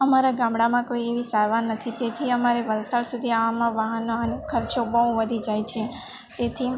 અમારા ગામડાંમાં કોઈ એવી સારવાર નથી તેથી અમારે વલસાડ સુધી આવવામાં વાહન વાહન ખર્ચો બહુ વધી જાય છે તેથી